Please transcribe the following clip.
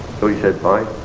so he said fine,